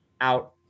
out